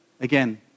Again